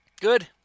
Good